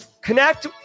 connect